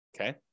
okay